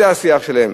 זה השיח שלהם.